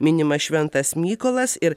minimas šventas mykolas ir